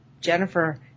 Jennifer